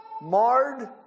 marred